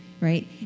Right